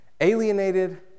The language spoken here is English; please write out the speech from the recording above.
Alienated